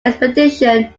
expedition